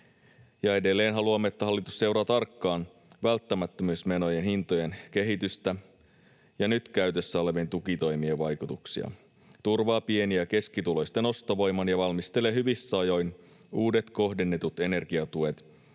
edelleen haluamme, että hallitus seuraa tarkkaan välttämättömyysmenojen hintojen kehitystä ja nyt käytössä olevien tukitoimien vaikutuksia, turvaa pieni- ja keskituloisten ostovoiman ja valmistelee hyvissä ajoin uudet kohdennetut energiatuet